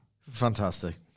Fantastic